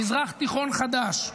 "מזרח תיכון חדש".